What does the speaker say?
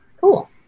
Cool